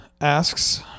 asks